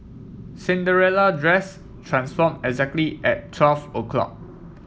Cinderella dress transform exactly at twelve o'clock